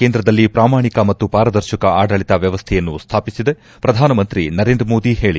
ಕೇಂದ್ರದಲ್ಲಿ ಪ್ರಾಮಾಣಿಕ ಮತ್ತು ಪಾರದರ್ಶಕ ಆಡಳಿತ ವ್ಲವಸ್ಡೆಯನ್ನು ಸ್ವಾಪಿಸಿದೆ ಪ್ರಧಾನಮಂತ್ರಿ ನರೇಂದ್ರ ಮೋದಿ ಹೇಳಿೆ